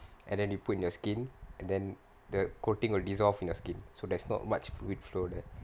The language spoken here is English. and then you put in your skin and then the coating will dissolved in your skin so there's not much fluid flow there